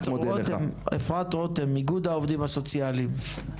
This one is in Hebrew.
אפרת רותם, איגוד העובדים הסוציאליים.